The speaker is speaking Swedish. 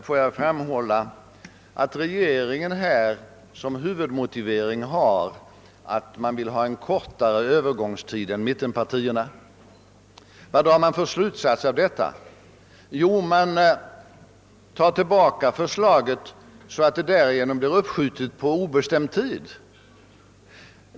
Får jag framhålla att regeringens huvudmotivering är att den önskar en kortare övergångstid än mit tenpartierna. Vilken slutsats drar man av detta? Jo, regeringen tar tillbaka förslaget, med påföljd att avvecklingen av hyresregleringen därigenom ytterligare uppskjutes — på obestämd tid!